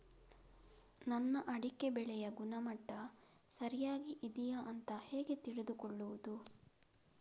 ನನ್ನ ಅಡಿಕೆ ಬೆಳೆಯ ಗುಣಮಟ್ಟ ಸರಿಯಾಗಿ ಇದೆಯಾ ಅಂತ ಹೇಗೆ ತಿಳಿದುಕೊಳ್ಳುವುದು?